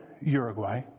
Uruguay